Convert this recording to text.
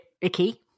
icky